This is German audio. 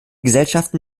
gesellschaften